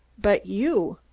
but you!